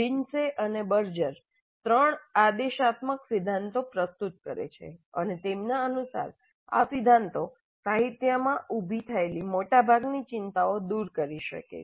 Lindsay અને Berger ત્રણ આદેશાત્મક સિદ્ધાંતો પ્રસ્તુત કરે છે અને તેમના અનુસાર આ સિદ્ધાંતો સાહિત્યમાં ઉભી થયેલી મોટાભાગની ચિંતાઓને દૂર કરી શકે છે